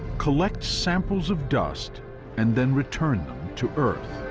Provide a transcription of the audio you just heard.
collect samples of dust and then return them to earth.